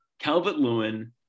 Calvert-Lewin